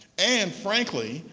and frankly,